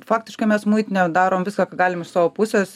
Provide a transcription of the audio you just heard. faktiškai mes muitinę darom viską ką galim iš savo pusės